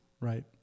right